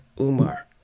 Umar